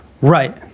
Right